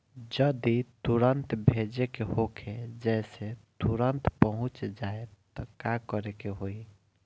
जदि तुरन्त भेजे के होखे जैसे तुरंत पहुँच जाए त का करे के होई?